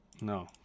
no